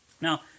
Now